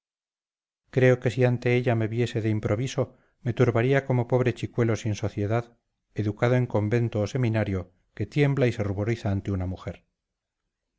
creo que si ante ella me viese de improviso me turbaría como pobre chicuelo sin sociedad educado en convento o seminario que tiembla y se ruboriza ante una mujer